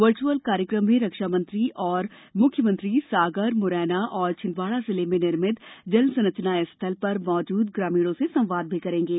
virtual कार्यकम में रक्षा मंत्री एवं मुख्यमंत्री सागर मुरैना और छिंदवाड़ा जिले में निर्मित जल संरचना स्थल पर मौजूद ग्रामीणों से संवाद भी करेंगे